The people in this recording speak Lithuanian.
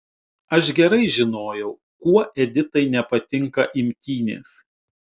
aš gerai žinojau kuo editai nepatinka imtynės